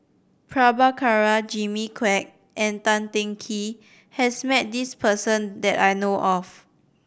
Prabhakara Jimmy Quek and Tan Teng Kee has met this person that I know of